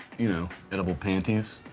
you know, edible panties,